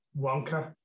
Wonka